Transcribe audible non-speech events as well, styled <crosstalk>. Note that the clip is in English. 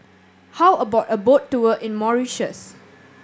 <noise> how about a boat tour in Mauritius